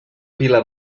pila